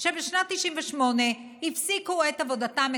שבשנת 1998 הפסיקו את עבודתם,